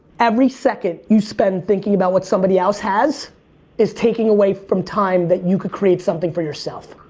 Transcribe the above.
every second you spend thinking about what somebody else has is taking away from time that you can create something for yourself.